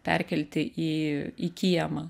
perkelti į į kiemą